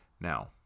Now